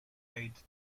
paid